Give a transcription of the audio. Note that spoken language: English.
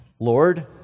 Lord